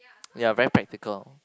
ya very practical